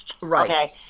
Right